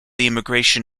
immigration